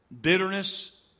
bitterness